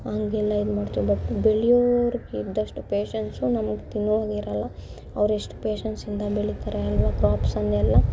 ಹಂಗೆಲ್ಲ ಇದು ಮಾಡ್ತೀವಿ ಬಟ್ ಬೆಳೆಯೋರಿಗೆ ಇದ್ದಷ್ಟು ಪೇಶನ್ಸು ನಮಗೆ ತಿನ್ನುವಾಗ ಇರಲ್ಲ ಅವ್ರೆಷ್ಟು ಪೇಶನ್ಸಿಂದ ಬೆಳೀತಾರೆ ಅಲ್ವ ಕ್ರಾಪ್ಸನ್ನೆಲ್ಲ